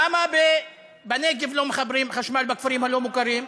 למה בנגב לא מחברים חשמל בכפרים הלא-מוכרים?